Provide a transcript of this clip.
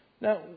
Now